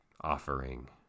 offering